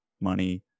money